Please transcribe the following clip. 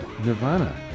Nirvana